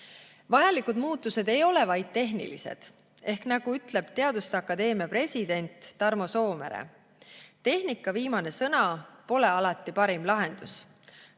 muutused. Vajalikud muudatused ei ole vaid tehnilised ehk nagu ütleb Teaduste Akadeemia president Tarmo Soomere: "Tehnika viimane sõna pole alati parim lahendus.